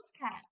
cat